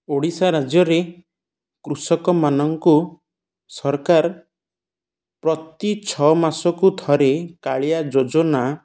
ଓଡ଼ିଶା ରାଜ୍ୟରେ କୃଷକମାନଙ୍କୁ ସରକାର ପ୍ରତି ଛଅ ମାସକୁ ଥରେ କାଳିଆ ଯୋଜନା